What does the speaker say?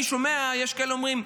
אני שומע, יש כאלה שאומרים: